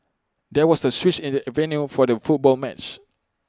there was A switch in the avenue for the football match